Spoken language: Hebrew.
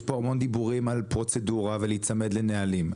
יש פה המון דיבורים על פרוצדורה ולהיצמד לנהלים.